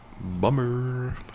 bummer